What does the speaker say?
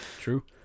true